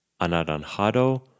anaranjado